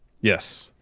Yes